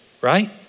right